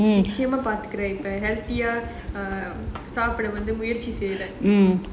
நிச்சயமா பாத்துக்குறேன்:nichayamaa paathukuraen healthier err சாப்பிட வந்து முயற்சி செய்றேன்:saapida vanthu muyarchi seiraen